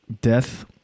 death